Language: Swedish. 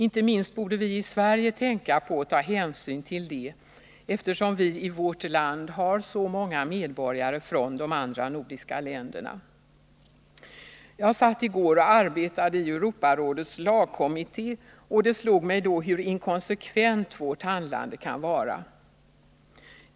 Inte minst borde vi i Sverige tänka på och ta hänsyn till det, eftersom vi i vårt land har så många medborgare från de andra nordiska länderna. Jag satt i går och arbetade i Europarådets lagkommitté och det slog mig då hur inkonsekvent vårt handlande kan vara.